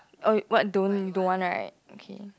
oh what don't you don't want right okay